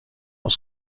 aus